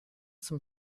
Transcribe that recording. zum